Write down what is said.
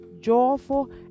joyful